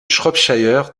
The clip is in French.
shropshire